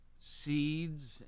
seeds